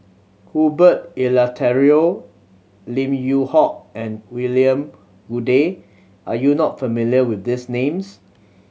Herbert Eleuterio Lim Yew Hock and William Goode are you not familiar with these names